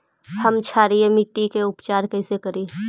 हम क्षारीय मिट्टी के उपचार कैसे करी?